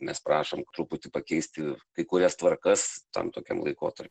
nes prašom truputį pakeisti kai kurias tvarkas tam tokiam laikotarpiui